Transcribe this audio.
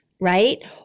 right